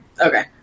okay